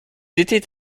étaient